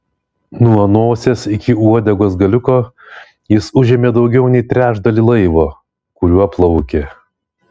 nuo nosies iki uodegos galiuko jis užėmė daugiau nei trečdalį laivo kuriuo plaukė